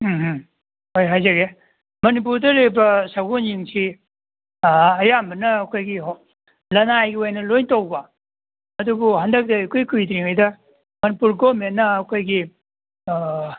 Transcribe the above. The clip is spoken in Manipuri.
ꯎꯝ ꯎꯝ ꯍꯣꯏ ꯍꯥꯏꯖꯒꯦ ꯃꯅꯤꯄꯨꯔꯗ ꯂꯩꯕ ꯁꯒꯣꯜꯁꯤꯡꯁꯤ ꯑꯌꯥꯝꯕꯅ ꯑꯩꯈꯣꯏꯒꯤ ꯂꯅꯥꯏꯒꯤ ꯑꯣꯏꯅ ꯂꯣꯏ ꯇꯧꯕ ꯑꯗꯨꯕꯨ ꯍꯟꯗꯛꯇ ꯏꯀꯨꯏ ꯀꯨꯏꯗ꯭ꯔꯤꯉꯩꯗ ꯃꯅꯤꯄꯨꯔ ꯒꯣꯃꯦꯟꯅ ꯑꯩꯈꯣꯏꯒꯤ